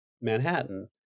Manhattan